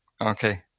Okay